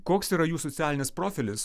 koks yra jų socialinis profilis